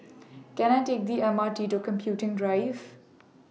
Can I Take The M R T to Computing Drive